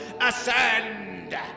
Ascend